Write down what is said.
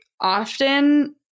often